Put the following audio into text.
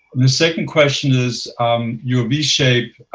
the second question is your v-shaped